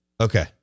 Okay